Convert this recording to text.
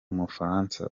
umufaransa